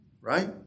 right